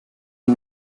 ein